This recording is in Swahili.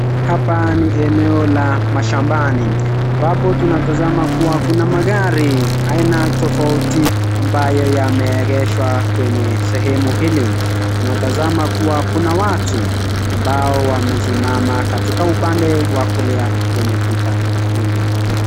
Hapa ni eneo la mashambani, ambapo tunatazama kuwa kuna magari aina tofauti ambayo yameegeshwa kwenye sehemu hili. Tunatazama kuwa kuna watu, ambao wamesimama katika upande wa kulia kwenye picha hili.